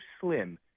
slim